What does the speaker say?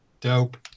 Dope